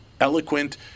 eloquent